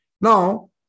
Now